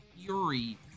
fury